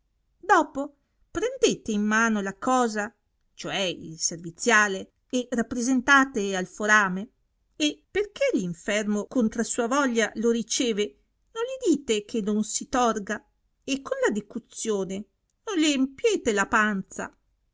dopò prendete in mano la cosa ciò è il serviziale e rappresentate al forame e perchè l'infermo contra sua voglia lo riceve non gli dite che non si torga e con la decuzione non gli empiete la panza